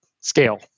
scale